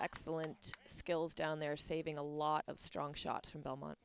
excellent skills down there saving a lot of strong shots from belmont